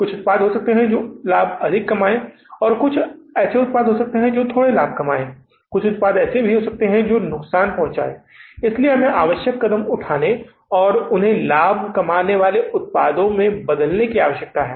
कुछ उत्पाद हो सकते हैं जो लाभ कमाने वाले होते हैं कुछ उत्पाद ऐसे हो सकते हैं जो थोड़े से लाभ कमाने वाले होते हैं कुछ उत्पाद ऐसे होते हैं जो नुकसान पहुंचाने वाले हो सकते हैं लेकिन हम आवश्यक कदम उठाने के बाद उन्हें लाभ कमाने वाले उत्पादों में बदल सकते हैं